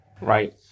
Right